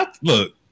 Look